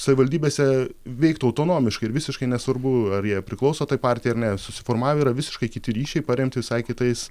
savivaldybėse veiktų autonomiškai ir visiškai nesvarbu ar jie priklauso tai partijai ar ne susiformavę yra visiškai kiti ryšiai paremti visai kitais